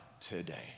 today